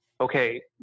Okay